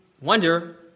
wonder